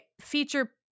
feature